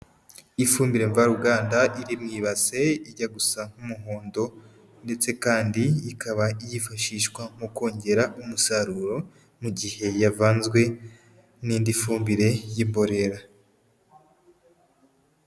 Ifumbire mvaruganda iri mu ibase ijya gusa nk'umuhondo, ndetse kandi ikaba yifashishwa mu kongera umusaruro mu gihe yavanzwe n'indi fumbire y'imborera.